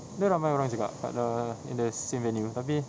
ada ramai orang cakap tak ada in the same venue tapi